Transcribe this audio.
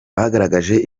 bagaragaje